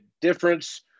difference